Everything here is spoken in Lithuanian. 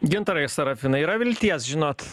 gintarai sarafinai yra vilties žinot